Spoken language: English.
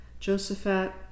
Josephat